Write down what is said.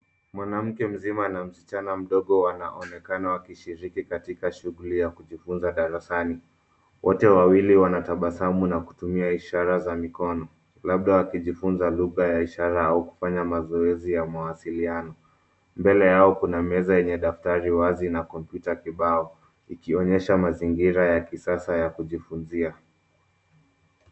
Mwanamke mzima na msichana mdogo wanaonekana wakishiriki katika shughuli ya kujifunza darasani. Wote wawili wanatabasamu na kutumia ishara za mikono, labda wakijifunza lugha ya ishara au kufanya mazoezi ya mawasiliano. Mbele yao kuna meza yenye daftari wazi na kompyuta kibao. Ikionyesha mazingira ya kisasa ya kujifunzia.